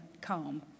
calm